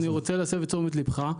אני רוצה להסב את תשומת ליבך,